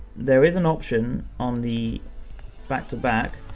there is an option, on the back to back,